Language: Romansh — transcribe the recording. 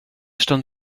ston